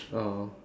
oh